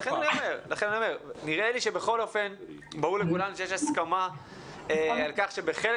נראה לי שברור לכולנו שיש הסכמה על כך שבחלק